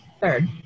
third